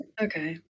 okay